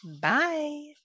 bye